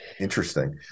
interesting